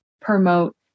promote